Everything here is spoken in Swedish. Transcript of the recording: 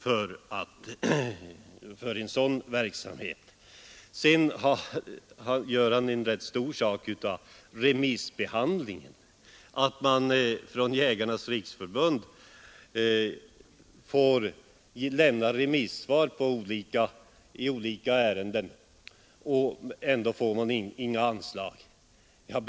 Vidare gör herr Wikner stor sak av att Jägarnas riksförbund lämnar remissvar i olika ärenden men ändå inte får några anslag för det.